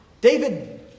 David